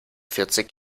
vierzehn